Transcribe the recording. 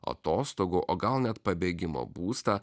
atostogų o gal net pabėgimo būstą